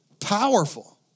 Powerful